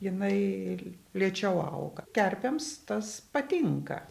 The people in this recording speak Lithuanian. jinai lėčiau auga kerpėms tas patinka